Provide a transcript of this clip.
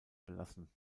belassen